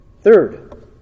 Third